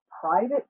private